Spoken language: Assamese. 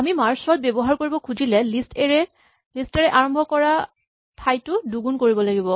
আমি মাৰ্জ চৰ্ট ব্যৱহাৰ কৰিব খুজিলে লিষ্ট এৰে আৰম্ভ কৰা ঠাইটো দুগুণ কৰিব লাগিব